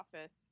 Office